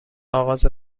اغاز